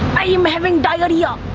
i am having diarrhea.